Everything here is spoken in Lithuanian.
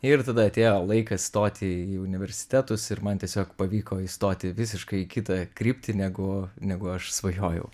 ir tada atėjo laikas stoti į universitetus ir man tiesiog pavyko įstoti visiškai į kitą kryptį negu negu aš svajojau